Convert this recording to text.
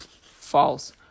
false